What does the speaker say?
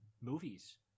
movies